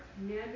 man